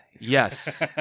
Yes